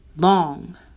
long